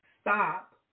Stop